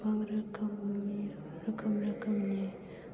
गोबां रोखोमनि